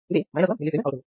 కాబట్టి ఇది 1mS అవుతుంది